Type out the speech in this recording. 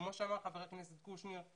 כמו שאמר חבר הכנסת קושניר,